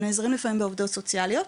הם נעזרים לפעמים בעובדות סוציאליות,